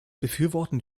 befürworten